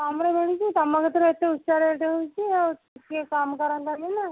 ଆମର ତମର ଏତେ ଉଚ୍ଚା ରେଟ୍ ରହୁଛି ଆଉ ଟିକିଏ କମ୍ କରନ୍ତନି ନା